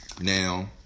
Now